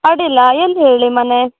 ಅಡ್ಡಿಲ್ಲ ಎಲ್ಲಿ ಹೇಳಿ ಮನೆ